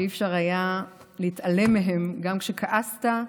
אי-אפשר היה להתעלם מהם, גם כשכעסת,